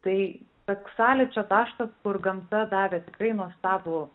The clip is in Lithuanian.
tai toks sąlyčio taškas kur gamta davė tikrai nuostabų